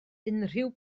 unrhyw